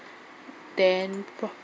then pro~